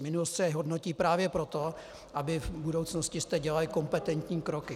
Minulost se hodnotí právě proto, abyste v budoucnosti dělali kompetentní kroky.